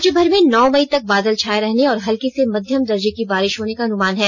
राज्यभर में नौ मई तक बादल छाये रहने और हल्की से मध्यम दर्जे की बारिष होने का अनुमान है